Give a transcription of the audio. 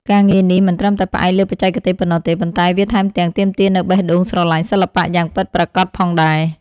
ការងារនេះមិនត្រឹមតែផ្អែកលើបច្ចេកទេសប៉ុណ្ណោះទេ ប៉ុន្តែវាថែមទាំងទាមទារនូវបេះដូងស្រឡាញ់សិល្បៈយ៉ាងពិតប្រាកដផងដែរ។